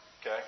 Okay